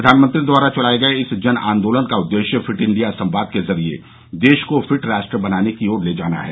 प्रधानमंत्री द्वारा चलाए गये इस जन आंदोलन का उद्देश्य फिट इंडिया संवाद के जरिये देश को फिट राष्ट्र बनाने की ओर ले जाना है